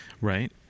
Right